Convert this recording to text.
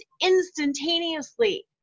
instantaneously